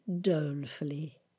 dolefully